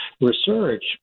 research